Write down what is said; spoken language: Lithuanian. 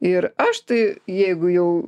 ir aš tai jeigu jau